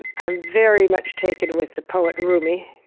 and i'm very much taken with the poet rumi,